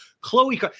Chloe